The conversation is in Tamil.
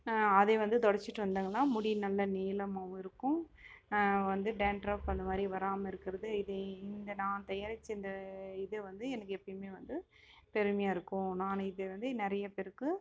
அதே வந்து துடச்சிட்டு வந்தாங்கன்னால் முடி நல்லா நீளமாகவும் இருக்கும் வந்து டான்ட்ரஃப் அந்த மாதிரி வராமல் இருக்கிறது இது இந்த நான் தயாரிச்சுருந்த இது வந்து எனக்கு எப்பவுமே வந்து பெருமையாக இருக்கும் நானே இதை வந்து நெறைய பேருக்கு